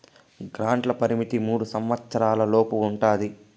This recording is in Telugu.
గ్రాంట్ల పరిమితి మూడు సంవచ్చరాల లోపు ఉంటది